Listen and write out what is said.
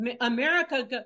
America